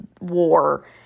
war